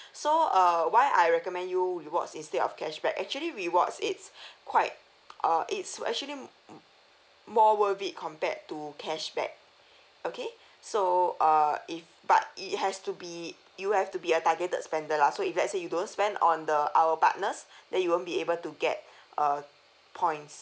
so uh why I recommend you reward instead of cashback actually rewards it's quite uh it's actually more worth it compared to cashback okay so err if but it has to be you have to be a targeted spender lah so if let's say you don't spend on the our partners then you won't be able to get uh points